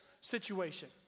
situation